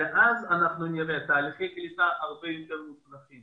אז נראה תהליכי קליטה הרבה יותר מוצלחים